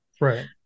right